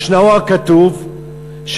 ושנאו הכתוב,